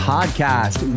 Podcast